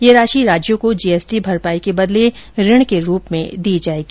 यह राशि राज्यों को जीएसटी भरपाई के बदले ऋण के रूप में दी जाएगी